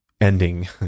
ending